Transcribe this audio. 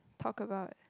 talk about